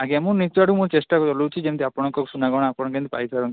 ଆଜ୍ଞା ମୁଁ ନିଜ ଆଡ଼ୁ ଚେଷ୍ଟା କରୁଛି ଯେମତି ଆପଣଙ୍କୁ ସୁନା ଗହଣା ଆପଣ କେମତି ପାଇପାରନ୍ତୁ